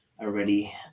already